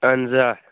اَہَن حظ آ